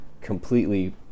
completely